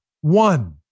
one